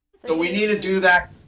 but we need to do that.